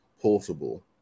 portable